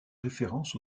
référence